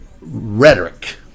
rhetoric